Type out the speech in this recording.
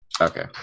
Okay